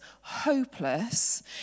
hopeless